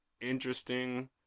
interesting